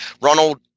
Ronald